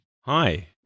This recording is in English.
Hi